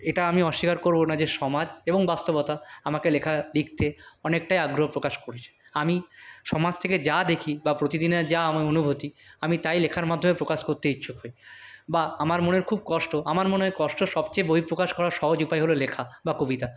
এটা আমি অস্বীকার করবো না যে সমাজ এবং বাস্তবতা আমাকে লেখা লিখতে অনেকটাই আগ্রহ প্রকাশ করেছে আমি সমাজ থেকে যা দেখি বা প্রতিদিনের যা আমার অনুভূতি আমি তাই লেখার মাধ্যমে প্রকাশ করতে ইচ্ছুক হই বা আমার মনের খুব কষ্ট আমার মনের কষ্ট সবচেয়ে বহিঃপ্রকাশ করার সহজ উপায় হল লেখা বা কবিতা